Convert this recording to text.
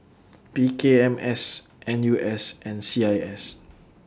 P K M S N U S and C I S